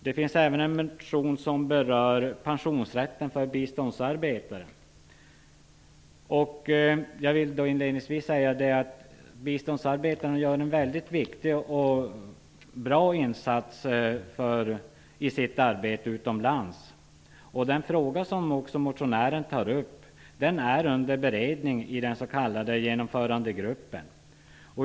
Det finns även en motion som berör pensionsrätten för biståndsarbetare. Jag vill inledningsvis säga att biståndsarbetarna gör en väldigt viktig och bra insats i sitt arbete utomlands. Den fråga som motionären tar upp är under beredning i den s.k. Genomförandegruppen.